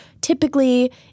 typically